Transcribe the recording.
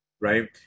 right